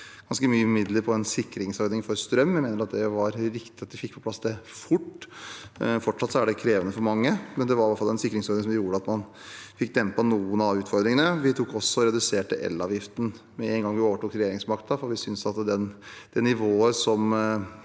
ganske mye midler på en sikringsordning for strøm. Vi mener det var riktig at vi fikk det på plass fort. Fortsatt er det krevende for mange, men det var iallfall en sikringsordning som gjorde at man fikk dempet noen av utfordringene. Vi reduserte også elavgiften med en gang vi overtok regjeringsmakten, for vi syntes at det nivået som